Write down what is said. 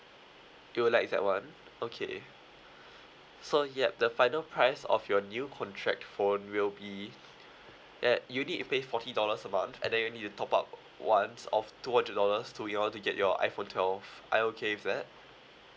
you would like that [one] okay so yup the final price of your new contract phone will be that you need to pay forty dollars a month and then you need to top up once of two hundred dollars to in order to get your iphone twelve are you okay with that